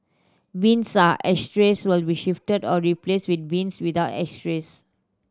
bins ashtrays will be shifted or replaced with bins without ashtrays